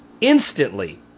instantly